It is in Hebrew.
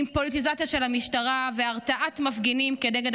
עם פוליטיזציה של המשטרה והרתעת מפגינים כנגד